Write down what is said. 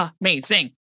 amazing